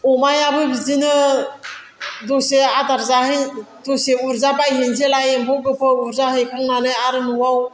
अमायाबो बिदिनो दसे आदार जाहैसै दसे उरजा बायहैनोसैलाय एम्फौफोरखौ उरजा हैखांनानै आरो न'आव